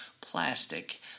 plastic